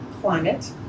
climate